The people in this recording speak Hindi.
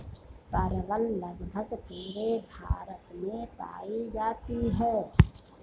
परवल लगभग पूरे भारत में पाई जाती है